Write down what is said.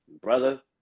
brother